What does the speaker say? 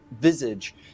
visage